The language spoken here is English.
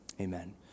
Amen